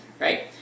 right